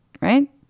right